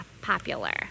popular